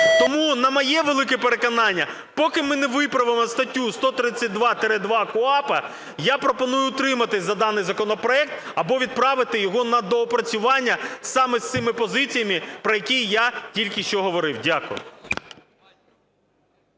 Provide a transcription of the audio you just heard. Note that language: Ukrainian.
Тому, на моє велике переконання, поки ми не виправимо статтю 132-2 КУпАП, я пропоную утриматися за даний законопроект або відправити його на доопрацювання саме з цими позиціями, про які я тільки що говорив. Дякую.